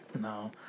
No